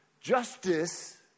justice